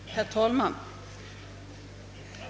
Herr talman!